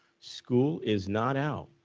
school is not out,